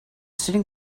sitting